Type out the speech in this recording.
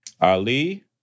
Ali